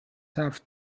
have